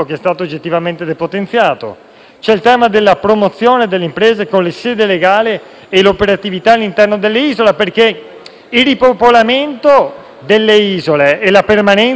c'è il tema della promozione delle imprese con sede legale e operatività all'interno delle isole. Infatti, il ripopolamento delle isole e la permanenza dei cittadini all'interno di esse